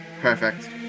perfect